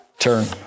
turn